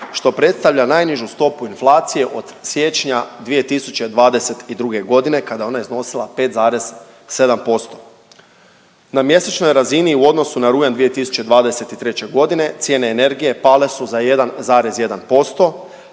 što predstavlja najnižu stopu inflacije od siječnja 2022.g. kada je ona iznosila 5,7%. Na mjesečnoj razini u odnosu na rujan 2023.g. cijene energije pale su za 1,1%,